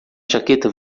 jaqueta